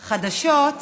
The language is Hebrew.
בחדשות,